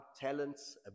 talents